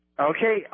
Okay